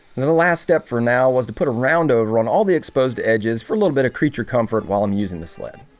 the the last step for now was to put a round over on all the exposed edges for a little bit of creature comfort while i'm using the sled